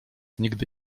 nigdy